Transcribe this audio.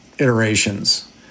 Iterations